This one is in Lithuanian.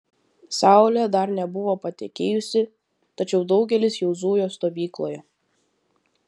saulė dar nebuvo patekėjusi tačiau daugelis jau zujo stovykloje